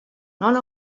none